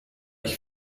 ich